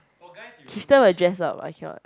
sister will dress up I cannot